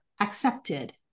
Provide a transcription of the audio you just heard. accepted